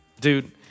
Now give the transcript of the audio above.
Dude